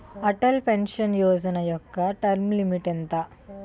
Atal pension Yojana యెక్క term limit ఎంత?